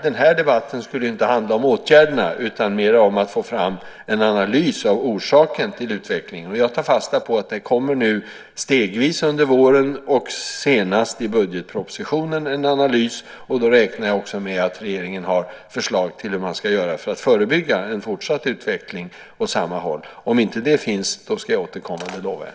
Den här debatten skulle, som sagt, inte handla om åtgärderna utan mer om att få fram en analys av orsaken till utvecklingen. Jag tar fasta på att det stegvis under våren, och senast i budgetpropositionen, kommer en analys. Då räknar jag med att regeringen har förslag om hur man ska göra för att förebygga en fortsatt utveckling åt samma håll. Om inte det finns ska jag återkomma; det lovar jag.